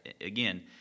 Again